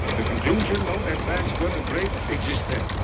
the conclusion no advanced vertebrates exist there.